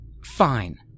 Fine